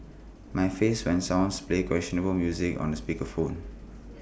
my face when someone plays questionable music on speaker phone